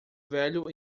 velho